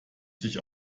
sich